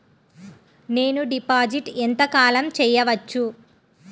నేను డిపాజిట్ ఎంత కాలం చెయ్యవచ్చు?